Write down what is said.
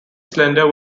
slender